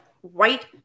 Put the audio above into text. White